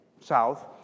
south